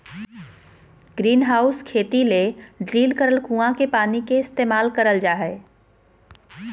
greenhouse खेती ले drill करल कुआँ के पानी के इस्तेमाल करल जा हय